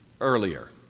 earlier